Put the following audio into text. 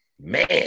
Man